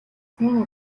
сайн